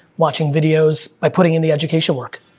watching videos, by putting in the education work.